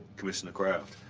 commissioner kraft.